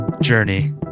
Journey